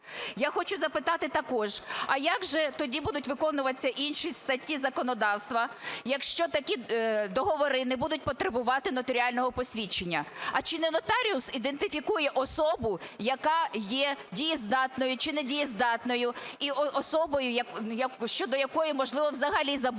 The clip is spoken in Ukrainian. Я хочу запитати також, а як же тоді будуть виконуватися інші статті законодавства, якщо такі договори не будуть потребувати нотаріального посвідчення? А чи не нотаріус ідентифікує особу, яка є дієздатною чи недієздатною, і особою, щодо якої, можливо, взагалі заборонені